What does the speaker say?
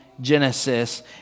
Genesis